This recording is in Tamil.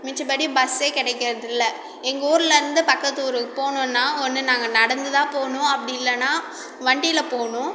மிச்சபடி பஸ்ஸே கிடைக்கிறதில்ல எங்கூர்லேருந்து பக்கத்து ஊருக்கு போணும்னா ஒன்று நாங்கள் நடந்து தான் போகணும் அப்படி இல்லைன்னா வண்டியில் போகணும்